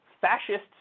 fascists